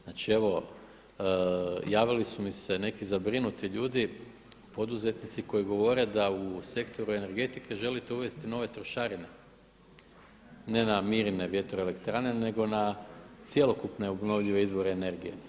Znači evo javili su mi se neki zabrinuti ljudi, poduzetnici koji govore da u sektoru energetike želite uvesti nove trošarine, ne na Mirine vjetroelektrane nego na cjelokupne obnovljive izvore energije.